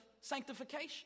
sanctification